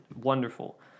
Wonderful